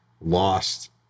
lost